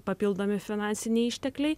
papildomi finansiniai ištekliai